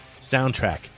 soundtrack